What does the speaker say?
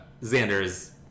Xander's